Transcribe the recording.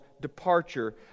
departure